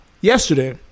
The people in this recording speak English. yesterday